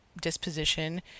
disposition